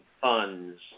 funds